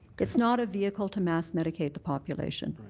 it's not a vehicle to mass medicate the population.